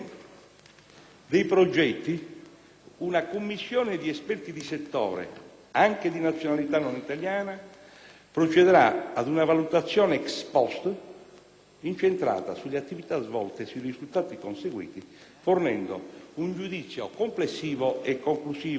dei progetti, una commissione di esperti di settore, anche di nazionalità non italiana, procederà ad una valutazione *ex post* incentrata sulle attività svolte e sui risultati conseguiti, fornendo un giudizio complessivo e conclusivo.